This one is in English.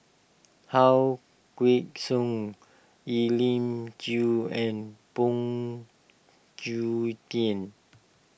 How Kway Song Elim Chew and Phoon Tien